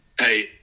Hey